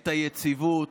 את היציבות,